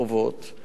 שעשה רבות,